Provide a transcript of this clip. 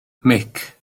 mhic